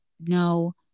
No